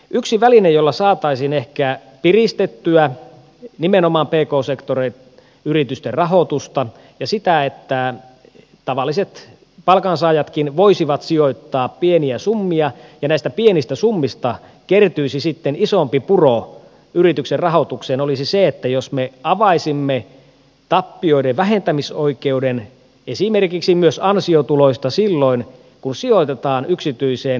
yksi väline jolla saataisiin ehkä piristettyä nimenomaan pk sektorin yritysten rahoitusta ja sitä että tavalliset palkansaajatkin voisivat sijoittaa pieniä summia ja näistä pienistä summista kertyisi sitten isompi puro yrityksen rahoitukseen olisi se että me avaisimme tappioiden vähentämisoikeuden esimerkiksi myös ansiotuloista silloin kun sijoitetaan yksityiseen listaamattomaan osakeyhtiöön